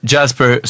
Jasper